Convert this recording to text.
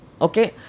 Okay